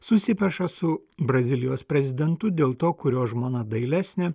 susipeša su brazilijos prezidentu dėl to kurio žmona dailesnė